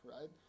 right